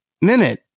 minute